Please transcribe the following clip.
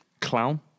Clown